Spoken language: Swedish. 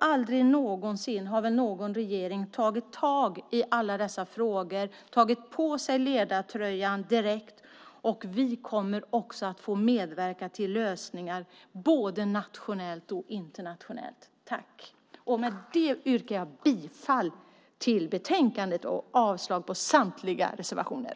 Aldrig någonsin har väl någon regering tagit tag i alla dessa frågor och tagit på sig ledartröjan direkt. Vi kommer också att få medverka till lösningar både nationellt och internationellt. Med detta yrkar jag bifall till förslaget i betänkandet och avslag på samtliga reservationer.